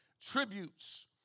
tributes